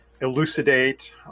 elucidate